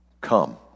come